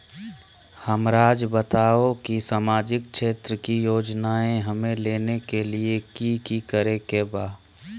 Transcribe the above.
हमराज़ बताओ कि सामाजिक क्षेत्र की योजनाएं हमें लेने के लिए कि कि करे के बा?